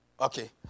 Okay